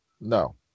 No